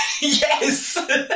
Yes